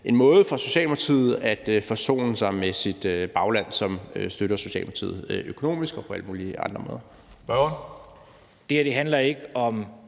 en måde for Socialdemokratiet at forsone sig med sit bagland, som støtter Socialdemokratiet økonomisk og på alle mulige andre måder. Kl. 13:42 Tredje næstformand